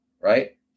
right